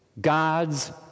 God's